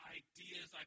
ideas